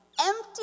Empty